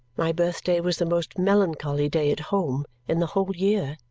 my birthday was the most melancholy day at home in the whole year.